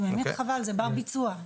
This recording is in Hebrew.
חבל, זה בר ביצוע.